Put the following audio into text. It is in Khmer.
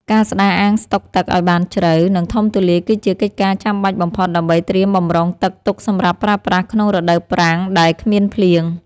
ការស្តារអាងស្តុកទឹកឱ្យបានជ្រៅ និងធំទូលាយគឺជាកិច្ចការចាំបាច់បំផុតដើម្បីត្រៀមបម្រុងទឹកទុកសម្រាប់ប្រើប្រាស់ក្នុងរដូវប្រាំងដែលគ្មានភ្លៀង។